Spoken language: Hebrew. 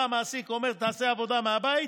והמעסיק אומר: תעשה עבודה מהבית,